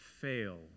fail